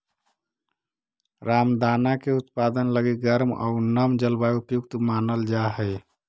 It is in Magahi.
रामदाना के उत्पादन लगी गर्म आउ नम जलवायु उपयुक्त मानल जा हइ